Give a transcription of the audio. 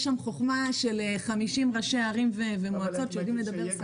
יש שם חוכמה של 50 ראשי ערים ומועצות שיודעים לדבר.